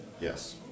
Yes